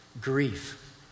grief